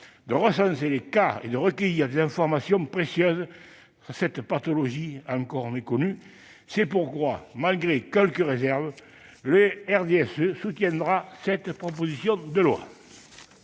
de recenser les cas et de recueillir de précieuses informations au sujet de cette pathologie encore méconnue. C'est pourquoi, malgré quelques réserves, les élus du RDSE soutiendront cette proposition de loi.